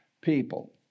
people